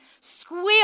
squeal